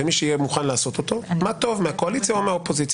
ומי שיהיה מוכן לעשות אותו מה טוב מהקואליציה או מהאופוזיציה.